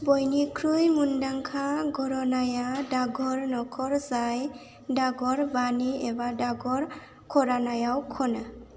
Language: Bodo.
बयनिख्रुइ मुंदांखा घर'नाया डागर नखर जाय डाघर वाणी एबा डागर घरानायाव खनो